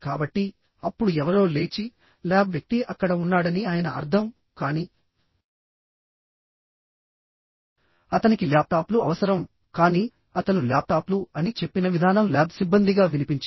కాబట్టిఅప్పుడు ఎవరో లేచిల్యాబ్ వ్యక్తి అక్కడ ఉన్నాడని ఆయన అర్థం కానీ అతనికి ల్యాప్టాప్లు అవసరంకానీ అతను ల్యాప్టాప్లు అని చెప్పిన విధానం ల్యాబ్ సిబ్బందిగా వినిపించింది